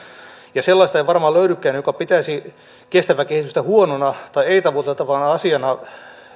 ja sellaista ei varmaan löydykään joka pitäisi kestävää kehitystä huonona tai ei tavoiteltavana asiana